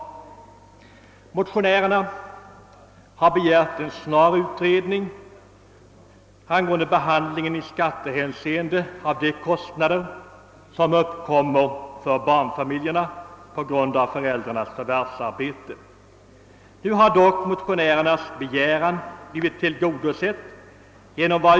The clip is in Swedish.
Motionärerna har begärt en snar utredning angående behandlingen i skattehänseende av de kostnader som uppkommer för barnfamiljerna på grund av föräldrarnas förvärvsarbete. Deras begäran har nu tillmötesgåtts.